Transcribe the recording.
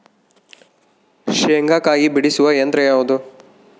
ಶೇಂಗಾಕಾಯಿ ಬಿಡಿಸುವ ಯಂತ್ರ ಯಾವುದು?